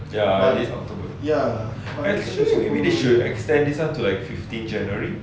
ya if october actually they should extend this [one] to like fifteen january